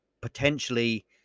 potentially